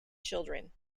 children